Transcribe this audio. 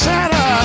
Santa